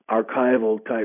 archival-type